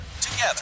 together